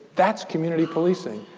that's community policing.